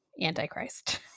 Antichrist